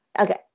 okay